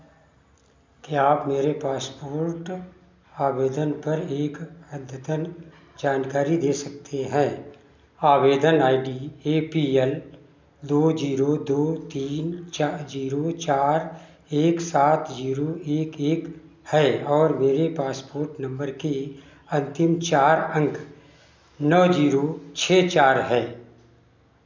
क्या आप मेरे पासपोर्ट आवेदन पर एक अद्यतन जानकारी दे सकते हैं आवेदन I D A P L दो ज़ीरो दो तीन चार ज़ीरो चार एक सात ज़ीरो एक एक है और मेरे पासपोर्ट नंबर के अंतिम चार अंक नौ ज़ीरो छः चार है